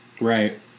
Right